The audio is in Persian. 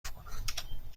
کنم